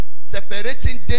separating